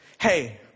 Hey